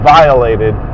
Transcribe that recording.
violated